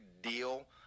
deal